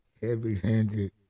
heavy-handed